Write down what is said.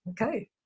okay